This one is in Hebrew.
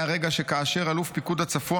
היה רגע כאשר אלוף פיקוד הצפון,